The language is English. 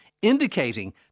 indicating